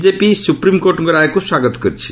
BJP ସୁପ୍ରିମ୍କୋର୍ଟଙ୍କ ରାୟକୁ ସ୍ୱାଗତ କରିଛି